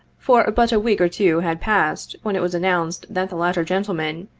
for but a week or two had passed, when it was announced that the latter gentleman,